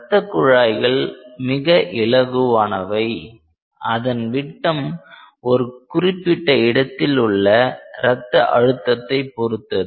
ரத்த குழாய்கள் மிக இலகுவானவை அதன் விட்டம் குறிப்பிட்ட இடத்தில் உள்ள ரத்த அழுத்தத்தை பொருத்தது